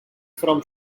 from